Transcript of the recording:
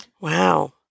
Wow